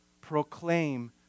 proclaim